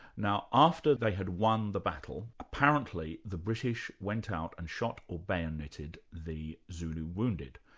now, after they had won the battle, apparently the british went out and shot or bayoneted the zulu wounded.